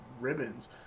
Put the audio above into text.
ribbons